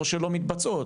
או שלא מתבצעות,